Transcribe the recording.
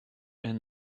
and